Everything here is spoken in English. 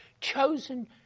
chosen